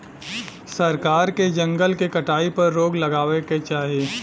सरकार के जंगल के कटाई पर रोक लगावे क चाही